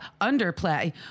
underplay